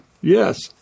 Yes